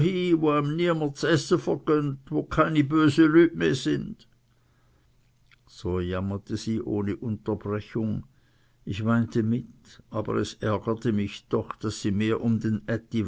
böse lüt meh sy so jammerte sie ohne unterbrechung ich weinte mit aber es ärgerte mich doch daß sie mehr um den